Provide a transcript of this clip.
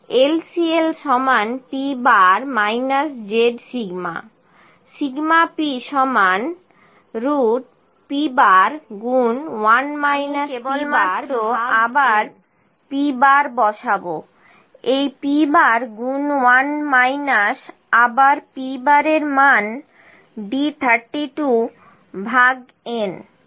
LCL p zσ p p n আমি কেবলমাত্র আবার p বার বসাবো এই p গুন 1 মাইনাস আবার p এর মান D 32 ভাগ n